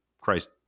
Christ